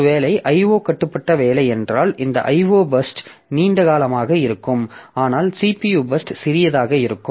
ஒரு வேலை IO கட்டுப்பட்ட வேலை என்றால் இந்த IO பர்ஸ்ட் நீண்ட காலமாக இருக்கும் ஆனால் CPU பர்ஸ்ட் சிறியதாக இருக்கும்